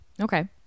okay